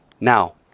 Now